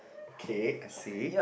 okay I say